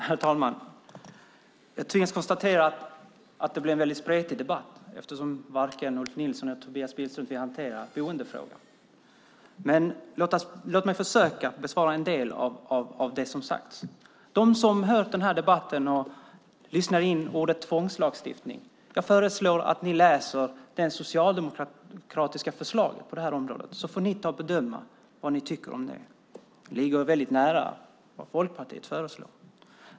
Herr talman! Jag tvingas konstatera att det blev en väldigt spretig debatt eftersom varken Ulf Nilsson eller Tobias Billström vill hantera boendefrågan. Men låt mig få försöka bemöta en del av det som har sagts. Jag föreslår att ni som har hört den här debatten och lyssnat in ordet tvångslagstiftning läser det socialdemokratiska förslaget på det här området. Ni får bedöma vad ni tycker om det. Det ligger väldigt nära vad Folkpartiet föreslår.